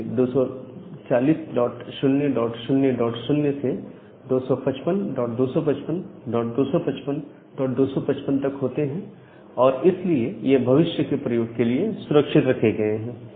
ये 240000 से 255255255255 तक होते हैं और इसलिए ये भविष्य के प्रयोग के लिए सुरक्षित रखे गए हैं